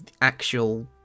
actual